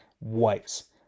wipes